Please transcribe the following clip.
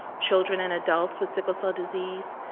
children and adults with sickle cell disease,